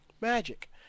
Magic